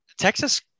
Texas